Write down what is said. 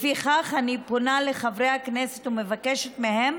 לפיכך אני פונה לחברי הכנסת ומבקשת מהם